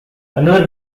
another